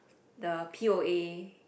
the p_o_a